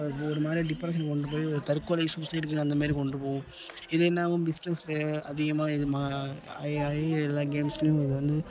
அது ஒரு மாதிரி டிப்ரெஸன் கொண்டு போய் ஒரு தற்கொலை சூசைடுங்கிற அந்த மாரி கொண்டு போகும் இது என்னாகும் பிஸ்னஸுக்கு அதிகமாக இது மா ஆகி ஆகி எல்லா கேம்ஸ்லேயும் இது வந்து